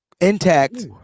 Intact